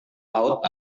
laut